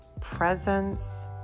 presence